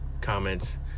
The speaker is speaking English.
comments